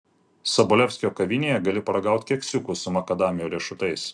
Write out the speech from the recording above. sobolevskio kavinėje gali paragauti keksiukų su makadamijų riešutais